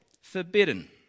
forbidden